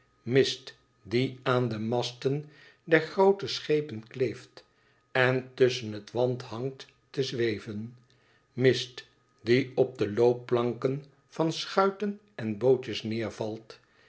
mist die aan de masten der groote schepen kleeft en tusschen het want hangt te zweven mist die op de loopplanken van schuiten en bootjes neervalt